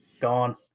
gone